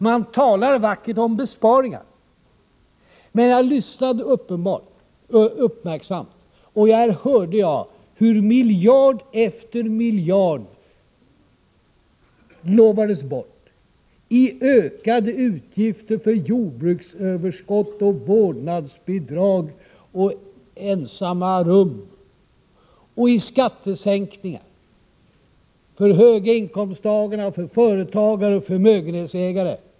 Man talar vackert om besparingar, men när jag lyssnade uppmärksamt hörde jag hur miljard efter miljard lovades bort i ökade utgifter för jordbruksöverskott, vårdnadsbidrag, ensamrum och skattesänkningar för höginkomsttagare, företagare och förmögenhetsägare.